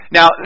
Now